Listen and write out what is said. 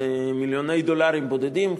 זה מיליוני דולרים בודדים.